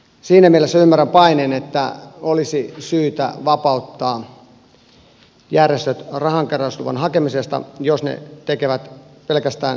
siinä mielessä ymmärrän paineen että olisi syytä vapauttaa järjestöt rahankeräysluvan hakemisesta jos ne tekevät pelkästään yleishyödyllistä toimintaa